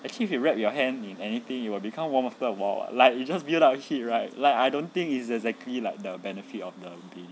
actually if you wrap your hand in anything it will become warm after a while lah like it will just build up heat right like I don't think is exactly like the benefit of the bedding